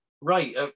right